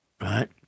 right